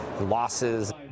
losses